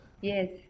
yes